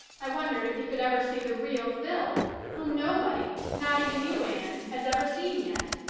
i wondered if he could ever see the real phil whom nobody, not even you, anne, has ever seen yet.